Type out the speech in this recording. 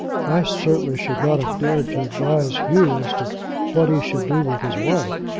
i certainly should not have dared to advise hugh as to what he should do with his wife.